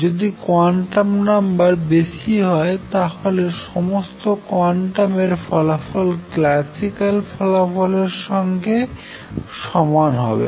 যদি quantum number বেশি হয় তাহলে সমস্ত কোয়ান্টাম এর ফলাফল ক্লাসিক্যাল এর ফলাফলের সঙ্গে সমান হবে